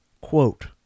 quote